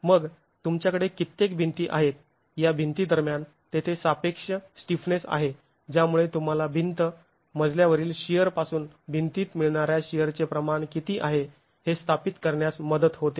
मग तुमच्याकडे कित्येक भिंती आहेत या भिंती दरम्यान तेथे सापेक्ष स्टिफनेस आहे ज्यामुळे तुम्हाला भिंत मजल्यावरील शिअर पासून भिंतीत मिळणाऱ्या शिअरचे प्रमाण किती आहे हे स्थापित करण्यास मदत होते